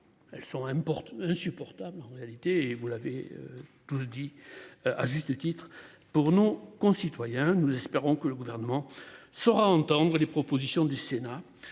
importantes insupportable en réalité et vous l'avez tous dit. À juste titre pour nos concitoyens, nous espérons que le gouvernement saura entendre les propositions du Sénat